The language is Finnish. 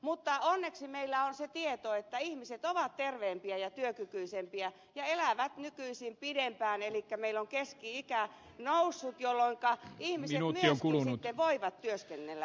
mutta onneksi meillä on se tieto että ihmiset ovat terveempiä ja työkykyisempiä ja elävät nykyisin pidempään elikkä meillä on keski ikä noussut jolloinka ihmiset myöskin sitten voivat työskennellä pidempään